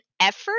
effort